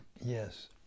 Yes